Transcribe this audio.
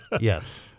Yes